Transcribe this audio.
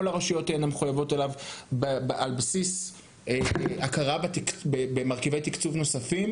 הרשויות תהיינה מחויבות אליו על בסיס הכרה במרכיבי תקצוב נוספים?